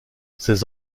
ses